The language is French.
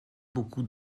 beaucoup